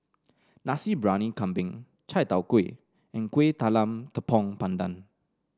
Nasi Briyani Kambing Chai Tow Kuay and Kuih Talam Tepong Pandan